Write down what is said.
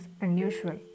unusual